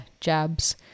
jabs